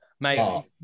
mate